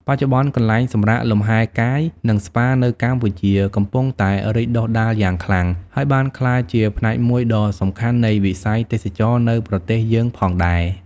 បច្ចុប្បន្ន កន្លែងសម្រាកលំហែកាយ និងស្ប៉ានៅកម្ពុជាកំពុងតែរីកដុះដាលយ៉ាងខ្លាំង ហើយបានក្លាយជាផ្នែកមួយដ៏សំខាន់នៃវិស័យទេសចរណ៍នៅប្រទេសយើងផងដែរ។